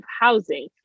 housing